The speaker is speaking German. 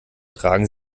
tragen